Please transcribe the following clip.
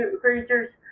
creatures